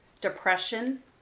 depression